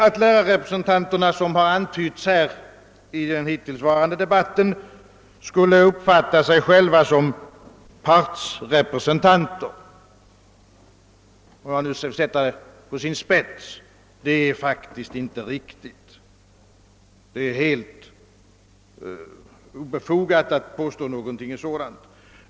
Att lärarrepresentanterna, såsom antytts i den förda debatten, skulle uppfatta sig själva som partsrepresentanter — för att ställa frågan på sin spets —, är faktiskt inte riktigt. Det är ett helt obefogat påstående.